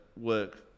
work